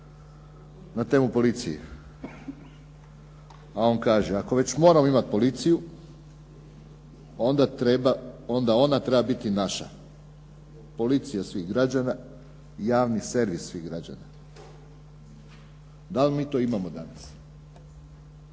na temu policije. A on kaže: "Ako već moramo imati policiju, onda treba, onda ona treba biti naša, policija svih građana, javni servis svih građana.". Da li mi to imamo danas?